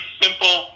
simple